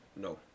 No